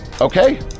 Okay